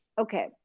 Okay